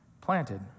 planted